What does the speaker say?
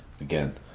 Again